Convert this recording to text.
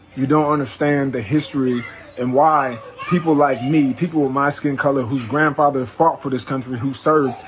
you don't understand the history and why people like me, people with my skin color who's grandfather fought for this country, who served,